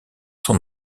son